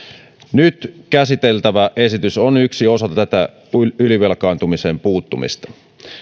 nyt käsiteltävä esitys on yksi osa tätä ylivelkaantumiseen puuttumista